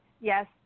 yes